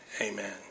Amen